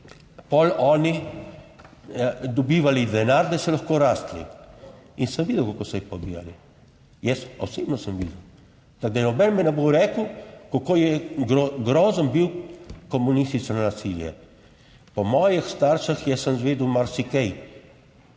potem oni dobivali denar, da so lahko rasli in sem videl, kako so jih pobijali. Jaz osebno sem videl. Tako, da noben mi ne bo rekel, kako je grozen bil, komunistično nasilje. Po mojih starših, jaz sem izvedel marsikaj,